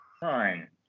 Fine